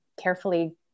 carefully